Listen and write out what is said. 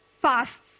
fasts